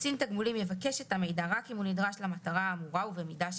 קצין התגמולים יבקש את המידע רק אם הוא נדרש למטרה האמורה ובמידה שנדרש,